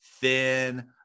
thin